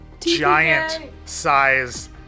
giant-size